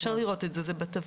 אפשר לראות את זה, זה בטבלה.